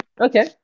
Okay